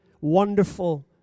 wonderful